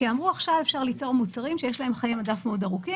כי אמרו: עכשיו אפשר ליצור מוצרים שיש להם חיי מדף ארוכים מאוד,